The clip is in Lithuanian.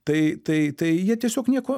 tai tai tai jie tiesiog nieko